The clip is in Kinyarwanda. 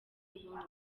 inkuru